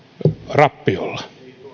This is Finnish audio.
rappiolla